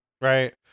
Right